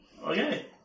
Okay